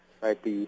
right